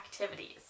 activities